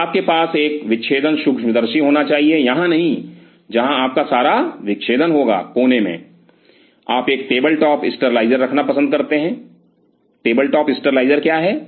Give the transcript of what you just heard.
तो आपके पास एक विच्छेदन सूक्ष्मदर्शी होना चाहिए यहां नहीं जहाँ आपका सारा विच्छेदन होगा कोने में आप एक टेबल टॉप स्टरलाइज़र रखना पसंद करते हैं टेबल टॉप स्टरलाइज़र क्या है